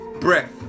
breath